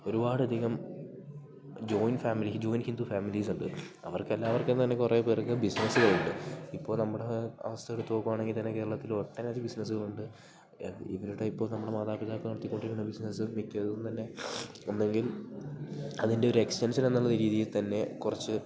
ഒരുപാടധികം joint family joint Hindu families ഉണ്ട് അവർക്ക് എല്ലാവർക്കുംതന്നെ കുറേ പേർക്ക് ബിസിനസ്സ്കൾ ഉണ്ട് ഇപ്പോൾ നമ്മുടെ അവസ്ഥയെടുത്ത് നോക്കുകയാണെങ്കിൽത്തന്നെ കേരളത്തിൽ ഒട്ടനവധി ബിസിനസ്സുകളുണ്ട് ഇവരുടെ ഇപ്പോൾ നമ്മുടെ മാതാപിതാക്കൾ നടത്തിക്കൊണ്ടിരിക്കുന്ന ബിസിനസ്സ് മിക്കതും തന്നെ ഒന്നെങ്കിൽ അതിൻ്റെയൊരു എക്സ്റ്റൻഷൻ എന്നുള്ള രീതിൽത്തന്നെ കുറച്ച്